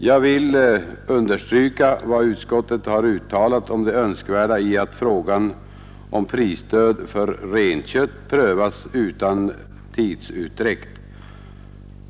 Jag vill understryka vad utskottet uttalar om det önskvärda i att frågan om prisstöd för renkött prövas utan tidsutdräkt.